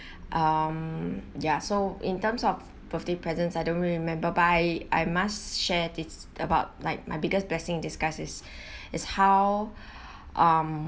um ya so in terms of birthday presents I don't really remember but I I must share it's about like my biggest blessing in disguise is is how um